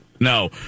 No